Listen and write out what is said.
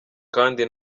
kandi